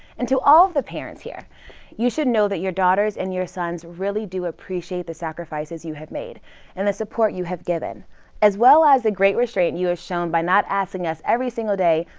and to all the parents here you should know that your daughters and your sons really do appreciate the sacrifices you had made and the support you have given as well as the great restraint and you have ah shown by not asking us every single day,